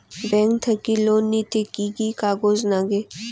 Bank থাকি loan নিতে কি কি কাগজ নাগে?